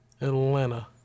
Atlanta